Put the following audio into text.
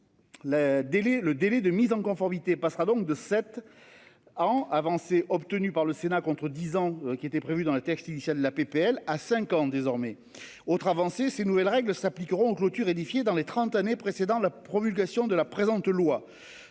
le délai de mise en conformité passera donc de 7. Ans avancées obtenues par le Sénat contre 10 ans qui était prévu dans le texte initial la PPL à cinq ans désormais autre avancée ces nouvelles règles s'appliqueront clôture édifié dans les 30 années précédant la promulgation de la présente loi